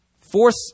force